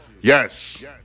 Yes